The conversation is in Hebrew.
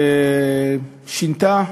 ושינתה.